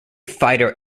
fighter